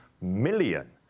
million